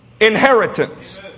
inheritance